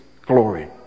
glory